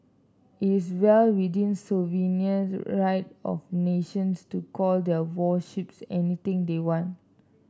it's well within sovereign right of nations to call their warships anything they want